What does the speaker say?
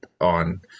on